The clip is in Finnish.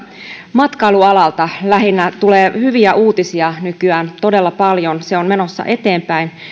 matkailualalta lähinnä tulee hyviä uutisia nykyään todella paljon se on menossa eteenpäin